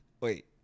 Wait